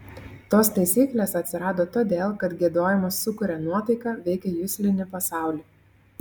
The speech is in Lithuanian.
tos taisyklės atsirado todėl kad giedojimas sukuria nuotaiką veikia juslinį pasaulį